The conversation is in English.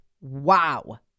Wow